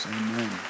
Amen